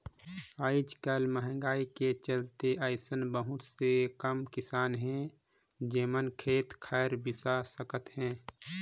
आयज कायल मंहगाई के चलते अइसन बहुत कम किसान हे जेमन खेत खार बिसा सकत हे